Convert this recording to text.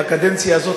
בקדנציה הזאת,